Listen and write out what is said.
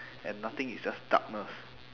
and nothing is just darkness